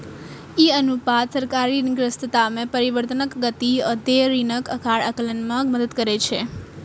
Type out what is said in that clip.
ई अनुपात सरकारी ऋणग्रस्तता मे परिवर्तनक गति आ देय ऋणक आकार आकलन मे मदति करै छै